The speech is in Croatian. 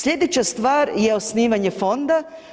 Slijedeća stvar je osnivanje fonda.